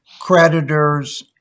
creditors